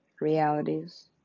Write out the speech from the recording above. realities